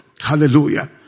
Hallelujah